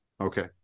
Okay